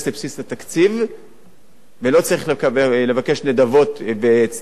ולא צריך לבקש נדבות וצדקות ותרומות כל שנה.